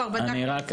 כבר בדקנו את זה.